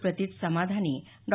प्रतित समधानी डॉ